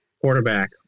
Quarterback